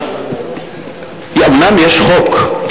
אומנם יש חוק,